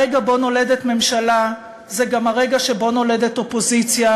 הרגע שבו נולדת ממשלה הוא גם הרגע שבו נולדת אופוזיציה,